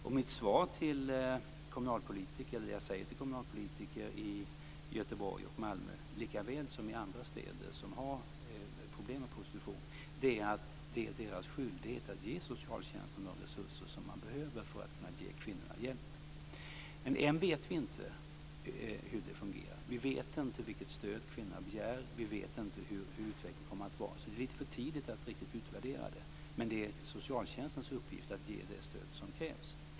Det jag säger till kommunalpolitiker i Göteborg och Malmö, likaväl som i andra städer som har problem med prostitution, är att det är deras skyldighet att ge socialtjänsten de resurser som behövs för att kunna ge kvinnorna hjälp. Än vet vi inte hur det fungerar. Vi vet inte vilket stöd kvinnorna begär, och vi vet inte hur utvecklingen kommer att vara. Det är alltså lite för tidigt att riktigt utvärdera detta. Men det är socialtjänstens uppgift att ge det stöd som krävs.